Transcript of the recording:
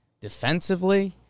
defensively